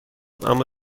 اما